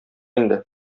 инде